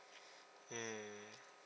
mm